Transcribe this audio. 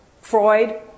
Freud